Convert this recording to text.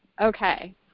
Okay